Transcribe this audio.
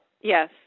Yes